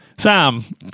sam